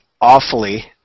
awfully